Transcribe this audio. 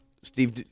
Steve